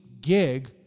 gig